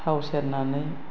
थाव सेरनानै